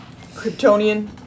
Kryptonian